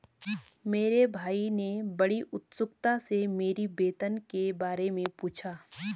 मेरे भाई ने बड़ी उत्सुकता से मेरी वेतन के बारे मे पूछा